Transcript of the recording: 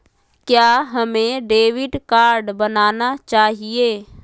क्या हमें debit card बनाना चाहिए?